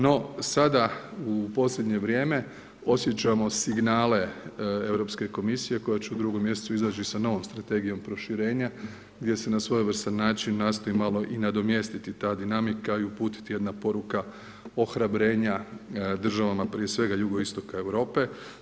No, sada u posljednje vrijeme osjećamo signale Europske komisije koja će u 2. mjesecu izaći sa novom strategijom proširenja gdje se na svojevrstan način nastoji malo i nadomjestiti ta dinamika i uputiti jedna poruka ohrabrenja državama prije svega Jugoistoka Europe.